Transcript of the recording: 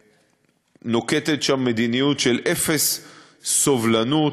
נוקטת שם מדיניות של אפס סובלנות,